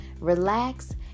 relax